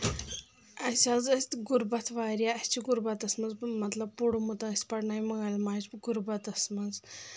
اَسہِ حظ ٲسۍ غُربَتھ واریاہ اَسہِ چھِ غُربتَس منٛز مطلب پوٚرمُت اَسہِ أسۍ پرنٲو مٲلۍ ماجہِ غُربتَس منٛز